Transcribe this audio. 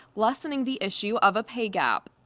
lessening the issue of a pay gap.